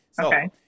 Okay